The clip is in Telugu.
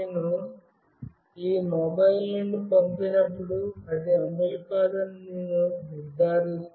ఇప్పుడు నేను ఈ మొబైల్ నుండి పంపినప్పుడు ఇది అమలు కాదని నేను నిర్ధారిస్తాను